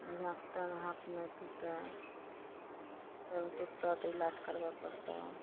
बढ़िआँ से टाँग हाथ नहि टुटय टाँग टूटत तऽ इलाज करबऽ पड़तौ